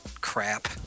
crap